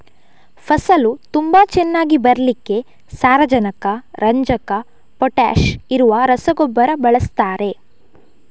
ಫಸಲು ತುಂಬಾ ಚೆನ್ನಾಗಿ ಬರ್ಲಿಕ್ಕೆ ಸಾರಜನಕ, ರಂಜಕ, ಪೊಟಾಷ್ ಇರುವ ರಸಗೊಬ್ಬರ ಬಳಸ್ತಾರೆ